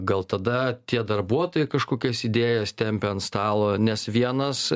gal tada tie darbuotojai kažkokias idėjas tempė ant stalo nes vienas